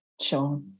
Sure